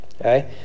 okay